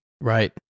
Right